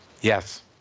Yes